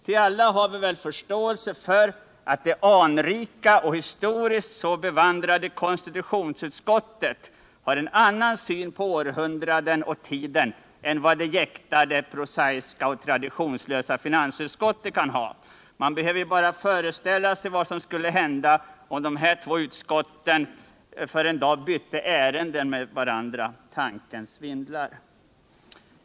Ty alla har väl förståelse för att det anrika och historiskt så bevandrade konstitutionsutskottet har en annan syn på århundraden och tiden än vad det jäktade, prosaiska och traditionslösa finansutskottet kan ha. Man behöver ju bara föreställa sig vad som skulle hända om dessa två utskott för en dag bytte ärenden med varandra. Tanken svindlar. Herr talman!